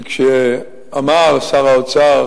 כשאמר שר האוצר,